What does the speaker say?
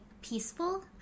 peaceful